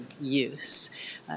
use